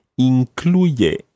incluye